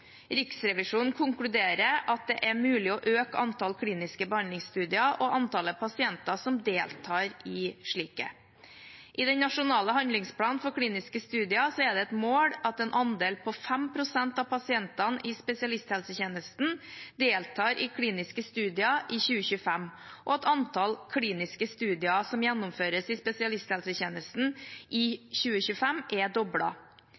Riksrevisjonen konkluderer med at det er mulig å øke antallet kliniske behandlingsstudier og antallet pasienter som deltar i slike. I den nasjonale handlingsplanen for kliniske studier er det et mål at en andel på 5 pst. av pasientene i spesialisthelsetjenesten deltar i kliniske studier i 2025, og at antall kliniske studier som gjennomføres i spesialisthelsetjenesten i 2025, er